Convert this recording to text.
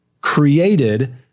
created